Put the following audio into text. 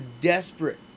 desperate